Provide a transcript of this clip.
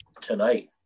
tonight